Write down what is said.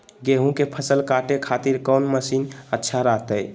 गेहूं के फसल काटे खातिर कौन मसीन अच्छा रहतय?